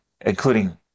including